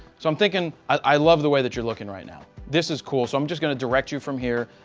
so, i'm thinking i love the way that you're looking right now. this is cool. so i'm just going to direct you from here,